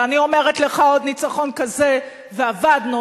ואני אומרת לך: עוד ניצחון כזה ואבדנו.